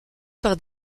par